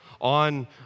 on